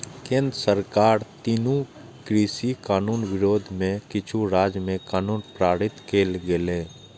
केंद्र सरकारक तीनू कृषि कानून विरोध मे किछु राज्य मे कानून पारित कैल गेलै